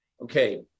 Okay